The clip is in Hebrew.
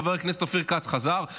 חבר הכנסת אופיר כץ חזר,